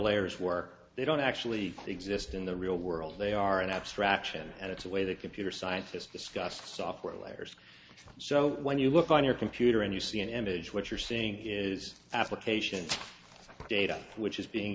layers work they don't actually exist in the real world they are an abstraction and it's a way that computer scientists discussed software layers so when you look on your computer and you see an image what you're seeing is application data which is being